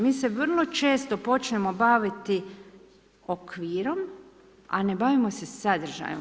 Mi se vrlo često počnemo baviti okvirom, a ne bavimo se sadržajem.